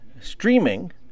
streaming